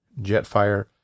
Jetfire